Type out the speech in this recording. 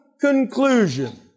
conclusion